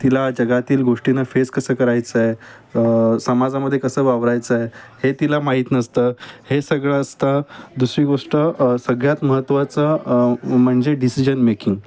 तिला जगातील गोष्टीनं फेस कसं करायचंय समाजामदे कसं वावरायचंय हे तिला माहीत नसतं हे सगळं असतं दुसरी गोष्ट सगळ्यात महत्वाचं म्हणजे डिसिजन मेकिंग